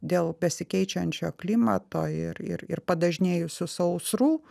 dėl besikeičiančio klimato ir ir ir padažnėjusių sausrų